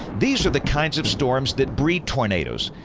these are the kinds of storms that breed tornadoes,